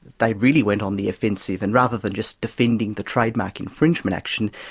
they really went on the offensive and rather than just defending the trademark infringement action,